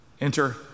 Enter